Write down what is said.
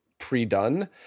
pre-done